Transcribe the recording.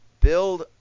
build